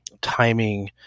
timing